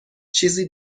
چیزی